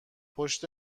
پشت